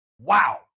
wow